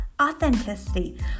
authenticity